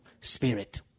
Spirit